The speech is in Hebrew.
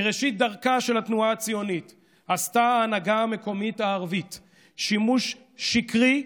מראשית דרכה של התנועה הציונית עשתה ההנהגה המקומית הערבית שימוש שקרי,